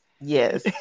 Yes